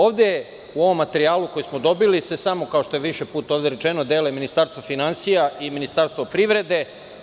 Ovde u ovom materijalu koji smo dobili se samo, kao što je više puta ovde rečeno, dele Ministarstvo finansija i Ministarstvo privrede.